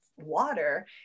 water